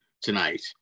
tonight